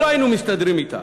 שלא היינו מסתדרים אתה.